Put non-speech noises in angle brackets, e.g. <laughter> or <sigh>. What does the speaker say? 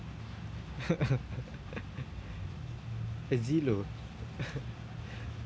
<laughs> <laughs>